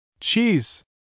Cheese